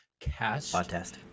podcast